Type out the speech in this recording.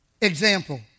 Example